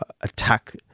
attack